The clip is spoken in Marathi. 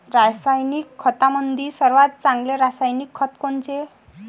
रासायनिक खतामंदी सर्वात चांगले रासायनिक खत कोनचे?